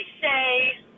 say